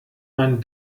man